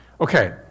Okay